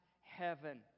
heaven